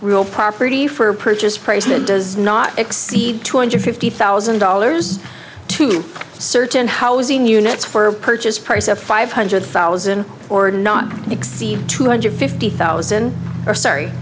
real property for a purchase price that does not exceed two hundred fifty thousand dollars to you certain housing units for purchase price of five hundred thousand or not exceed two hundred fifty thousand or sorry